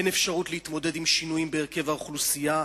אין אפשרות להתמודד עם שינויים בהרכב האוכלוסייה,